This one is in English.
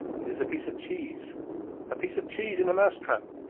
it is a piece of cheese a piece of cheese in a mousetrap,